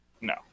No